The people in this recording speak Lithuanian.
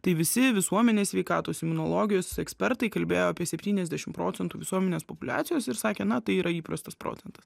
tai visi visuomenės sveikatos imunologijos ekspertai kalbėjo apie septyniasdešimt procentų visuomenės populiacijos ir sakė na tai yra įprastas procentas